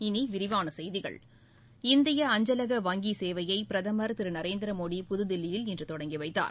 இனி விரிவான செய்திகள் இந்திய அஞ்சலக வங்கி சேவையை பிரதமர் திரு நரேந்திர மோடி புதுதில்லியில் இன்று தொடங்கிவைத்தார்